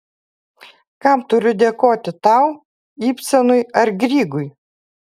kam turiu dėkoti tau ibsenui ar grygui